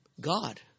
God